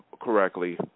correctly